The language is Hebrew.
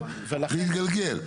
אבל תזרימית הם לא מסוגלים להתגלגל.